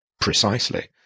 Precisely